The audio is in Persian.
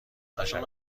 تشکر